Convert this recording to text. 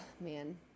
man